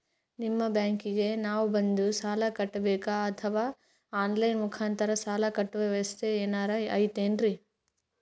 ನಿಮ್ಮ ಬ್ಯಾಂಕಿಗೆ ನಾವ ಬಂದು ಸಾಲ ಕಟ್ಟಬೇಕಾ ಅಥವಾ ಆನ್ ಲೈನ್ ಮುಖಾಂತರ ಸಾಲ ಕಟ್ಟುವ ವ್ಯೆವಸ್ಥೆ ಏನಾರ ಐತೇನ್ರಿ?